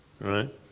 Right